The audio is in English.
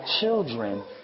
children